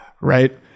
right